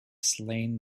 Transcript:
slain